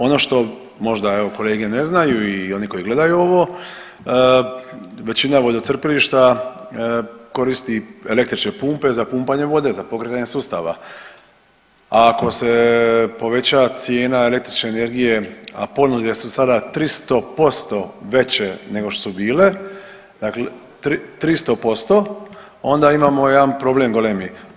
Ono što možda evo, kolege ne znaju i oni koji gledaju ovo, većina vodocrpilišta koristi električne pumpe za pumpanje vode za pokretanje sustava, a ako se poveća cijena električne energije, a ponudile su sada 300% veće nego što su bile, dakle 300%, onda imamo jedan problem golemi.